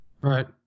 right